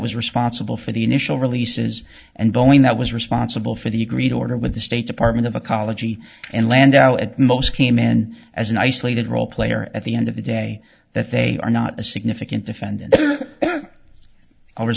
was responsible for the initial releases and boeing that was responsible for the agreed order with the state department of ecology and landau at most came in as an isolated role player at the end of the day that they are not a significant defendant o